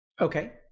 Okay